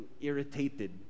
irritated